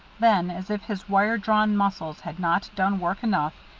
then, as if his wire-drawn muscles had not done work enough,